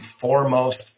foremost